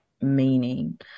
meaning